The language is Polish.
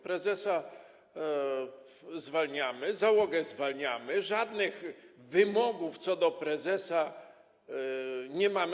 Prezesa zwalniamy, załogę zwalniamy, żadnych wymogów co do prezesa nie mamy.